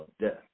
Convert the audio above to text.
death